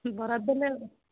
ବରାଦ ଦେଲେ